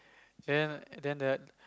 then then the